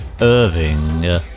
Irving